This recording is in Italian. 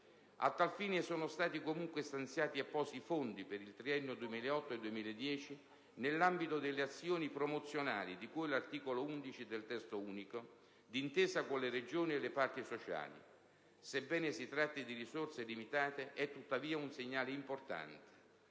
A tal fine, sono stati comunque stanziati appositi fondi per il triennio 2008-2010 nell'ambito delle azioni promozionali di cui all'articolo 11 del Testo unico, d'intesa con le Regioni e le parti sociali. Sebbene si tratti di risorse limitate, è tuttavia un segnale importante.